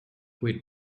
quit